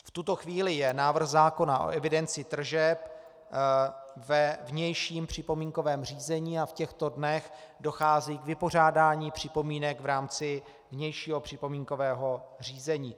V tuto chvíli je návrh zákona o evidenci tržeb ve vnějším připomínkovém řízení a v těchto dnech dochází k vypořádání připomínek v rámci vnějšího připomínkového řízení.